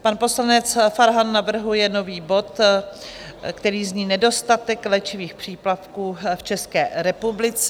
Pan poslanec Farhan navrhuje nový bod, který zní: Nedostatek léčivých přípravků v České republice.